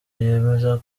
yemeza